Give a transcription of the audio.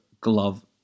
glove